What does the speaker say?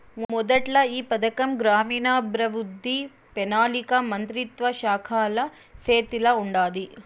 మొదట్ల ఈ పథకం గ్రామీణాభవృద్ధి, పెనాలికా మంత్రిత్వ శాఖల సేతిల ఉండాది